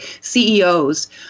CEOs